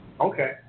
Okay